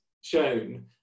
shown